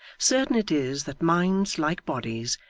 certain it is that minds, like bodies,